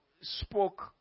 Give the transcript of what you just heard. spoke